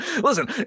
listen